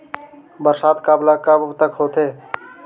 बरसात कब ल कब तक होथे?